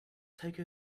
take